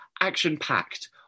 action-packed